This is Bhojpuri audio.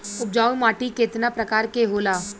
उपजाऊ माटी केतना प्रकार के होला?